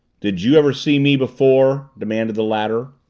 did you ever see me before? demanded the latter.